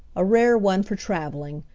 a rare one for traveling,